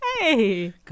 Hey